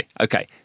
okay